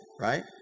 right